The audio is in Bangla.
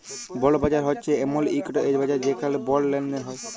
বল্ড বাজার হছে এমল ইকট বাজার যেখালে বল্ড লেলদেল হ্যয়